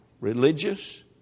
Religious